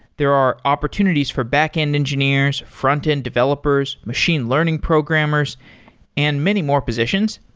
there are opportunities for backend engineers, frontend developers, machine learning programmers and many more positions.